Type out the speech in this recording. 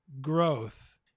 growth